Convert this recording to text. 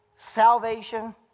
salvation